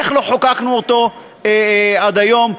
איך לא חוקקנו אותו עד היום?